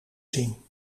zien